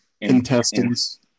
intestines